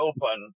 Open